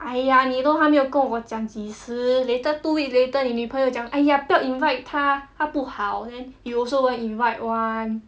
!aiya! 你都还没有跟我讲几时 later two weeks later 你女朋友讲 !aiya! 不要 invite 她她不好 then you also won't invite [one]